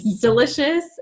delicious